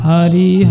Hari